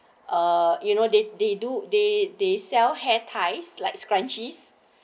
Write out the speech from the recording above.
uh you know they they do they they sell hair ties likes crunches